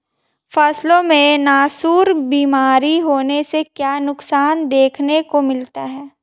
फसलों में नासूर बीमारी होने से क्या नुकसान देखने को मिलता है?